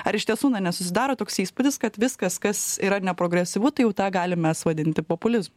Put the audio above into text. ar iš tiesų na nesusidaro toks įspūdis kad viskas kas yra ne progresyvu tai jau tą galim mes vadinti populizmu